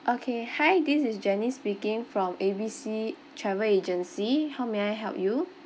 okay hi this is janice speaking from A B C travel agency how may I help you